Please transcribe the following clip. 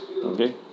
Okay